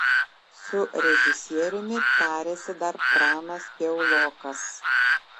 su režisieriumi tarėsi dar pranas piaulokas